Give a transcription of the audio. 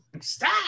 stop